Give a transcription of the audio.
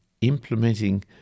implementing